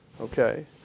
okay